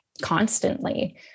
constantly